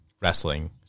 wrestling